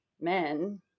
men